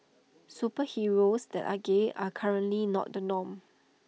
superheroes that are gay are currently not the norm